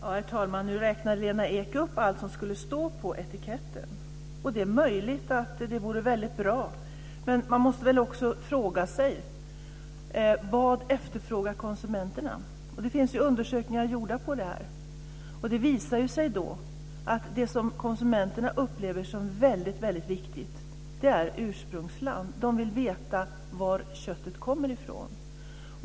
Herr talman! Nu räknar Lena Ek upp allt som skulle stå på etiketten. Det är möjligt att det vore väldigt bra, men man måste väl också fråga sig vad konsumenterna efterfrågar. Det har gjorts undersökningar av det. Det visar sig att det som konsumenterna upplever som väldigt viktigt är ursprungsland. De vill veta var köttet kommer ifrån.